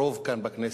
הרוב כאן בכנסת,